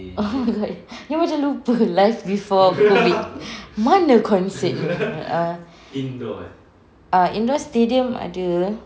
um like you macam lupa life before COVID mana concert err err indoor stadium ada